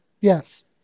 Yes